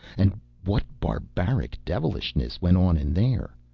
and what barbaric devilishness went on in there?